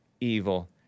evil